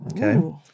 okay